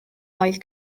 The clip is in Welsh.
oedd